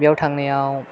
बेयाव थांनायाव